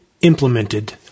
implemented